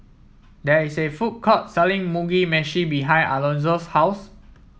there is a food court selling Mugi Meshi behind Alonzo's house